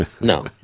no